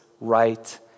right